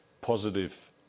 positive